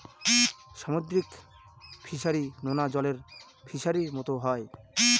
সামুদ্রিক ফিসারী, নোনা জলের ফিসারির মতো হয়